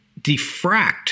diffract